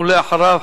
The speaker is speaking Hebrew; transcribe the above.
ואחריו,